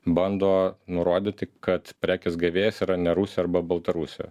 bando nurodyti kad prekės gavėjas yra ne rusija arba baltarusija